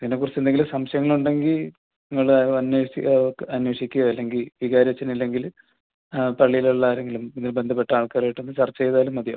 ഇതിനെ കുറിച്ച് എന്തെങ്കിലും സംശയങ്ങളുണ്ടെങ്കിൽ നിങ്ങൾ അന്വേഷിച്ച് നോക്ക് അന്വേഷിക്കോ അല്ലെങ്കിൽ വികാരി അച്ഛനില്ലെങ്കിൽ ആ പള്ളീലുള്ളാരെങ്കിലും ഇത് ബന്ധപ്പെട്ട ആൾക്കാരായിട്ടൊന്ന് ചർച്ച ചെയ്താലും മതിയാവും